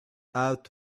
out